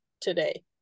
today